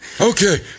okay